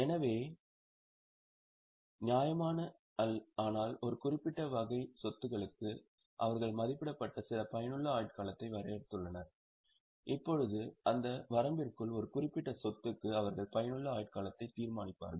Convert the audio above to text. எனவே நியாயமான ஆனால் ஒரு குறிப்பிட்ட வகை சொத்துக்களுக்கு அவர்கள் மதிப்பிடப்பட்ட சில பயனுள்ள ஆயுட்காலத்தை வரையறுத்துள்ளனர் இப்போது அந்த வரம்பிற்குள் ஒரு குறிப்பிட்ட சொத்துக்கு அவர்கள் பயனுள்ள ஆயுட்காலத்தை தீர்மானிப்பார்கள்